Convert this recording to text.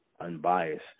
unbiased